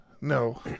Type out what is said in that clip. No